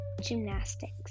gymnastics